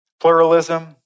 pluralism